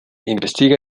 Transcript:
investiga